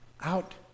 out